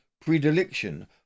predilection